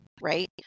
right